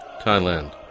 Thailand